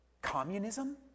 Communism